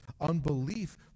unbelief